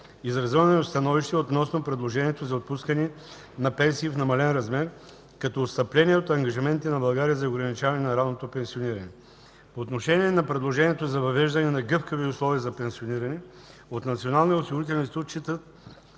Изразено е становище относно предложението за отпускане на пенсии в намален размер, като отстъпление от ангажиментите на България за ограничаване на ранното пенсиониране. По отношение на предложението за въвеждане на гъвкави условия за пенсиониране от Националния осигурителен институт